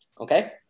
okay